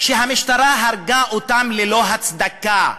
שהמשטרה הרגה אותם ללא הצדקה,